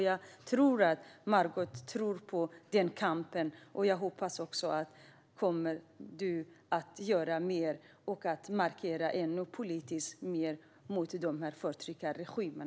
Jag tror att du, Margot, tror på denna kamp, och jag hoppas att du kommer att göra mer och politiskt markera ännu mer mot dessa förtryckarregimer.